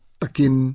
takin